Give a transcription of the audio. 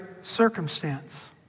circumstance